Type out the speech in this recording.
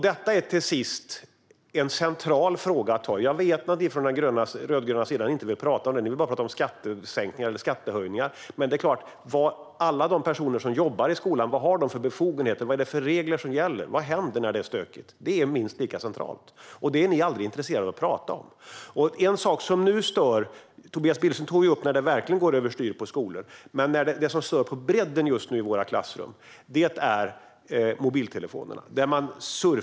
Jag vet att ni från den rödgröna sidan inte vill prata om det, för ni vill bara prata om skattesänkningar eller skattehöjningar. Det här är dock centrala frågor: Vad har alla de som jobbar i skolan för befogenheter? Vad är det för regler som gäller? Vad händer när det är stökigt? Det är minst lika centralt, men det är ni aldrig intresserade av att prata om. Tobias Billström tog upp situationer när det verkligen går över styr på skolor, men det som stör på bredden just nu i våra klassrum är mobiltelefonerna.